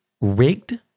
rigged